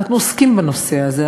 אנחנו עוסקים בנושא הזה,